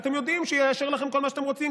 שאתם יודעים שיאשר לכם כל מה שאתם רוצים,